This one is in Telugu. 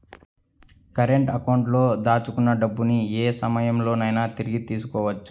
కరెంట్ అకౌంట్లో దాచుకున్న డబ్బుని యే సమయంలోనైనా తిరిగి తీసుకోవచ్చు